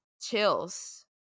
chills